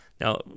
Now